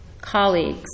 colleagues